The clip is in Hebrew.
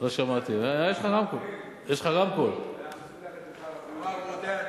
לא שמעתי, יש לך רמקול.